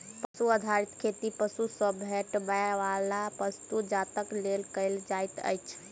पशु आधारित खेती पशु सॅ भेटैयबला वस्तु जातक लेल कयल जाइत अछि